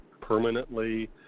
permanently